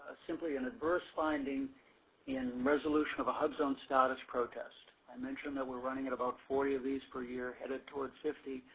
simply, an adverse finding in resolution of a hubzone status protest. i mentioned that were running at about forty of this per year, headed towards fifty.